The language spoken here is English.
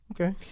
okay